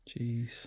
Jeez